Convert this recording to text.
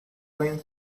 going